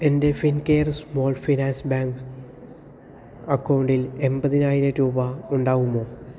എൻ്റെ Fincare small finance bank അക്കൗണ്ടിൽ എൺപതിനായിരം രൂപ ഉണ്ടാകുമോ